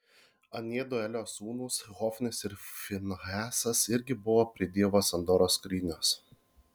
aniedu elio sūnūs hofnis ir finehasas irgi buvo prie dievo sandoros skrynios